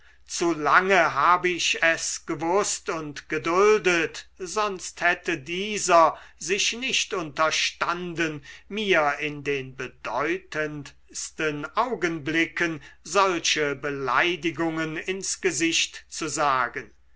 zu lange habe ich es gewußt und geduldet sonst hätte dieser sich nicht unterstanden mir in den bedeutendsten augenblicken solche beleidigungen ins gesicht zu sagen